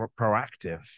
proactive